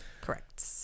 Correct